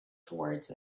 towards